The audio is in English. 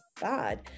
bad